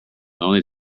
only